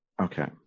okay